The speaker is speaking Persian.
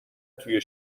توی